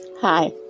Hi